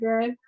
good